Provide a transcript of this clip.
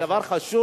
זה דבר חשוב.